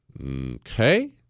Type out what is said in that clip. Okay